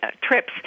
trips